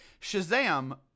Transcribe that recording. Shazam